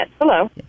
Hello